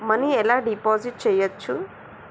Money ఎలా deposit చేయచ్చు?